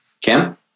kim